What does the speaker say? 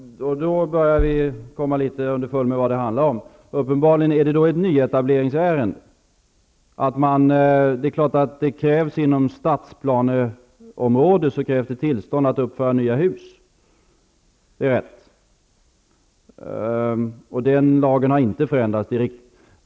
Fru talman! Då börjar jag komma litet underfund med vad frågan gäller. Uppenbarligen är det fråga om ett nyetableringsärende. Inom stadsplaneområde är det klart att det krävs tillstånd att uppföra nya hus. Den lagen har inte förändrats.